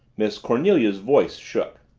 miss cornelia's voice shook.